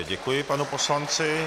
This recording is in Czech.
Děkuji panu poslanci.